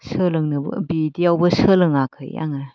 सोलोंनोबो बिदियावबो सेलोङाखै आङो